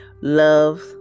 love